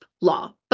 law